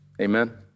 Amen